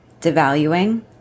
Devaluing